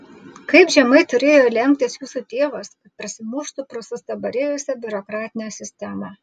kaip žemai turėjo lenktis jūsų tėvas kad prasimuštų pro sustabarėjusią biurokratinę sistemą